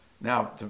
now